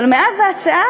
אבל מאז ההצעה